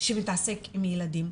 שמתעסק עם ילדים.